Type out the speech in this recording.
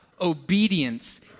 obedience